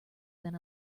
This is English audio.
than